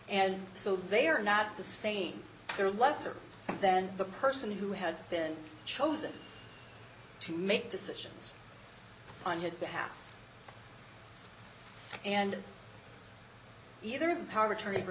and so they are not the same they're lesser than the person who has been chosen to make decisions on his behalf and either the power of attorney for